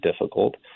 difficult